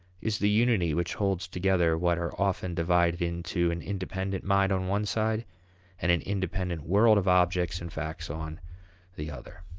is the unity which holds together what are often divided into an independent mind on one side and an independent world of objects and facts on the other.